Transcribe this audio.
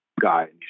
guy